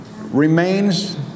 remains